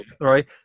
Right